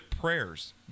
prayers